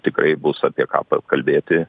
tikrai bus apie ką pakalbėti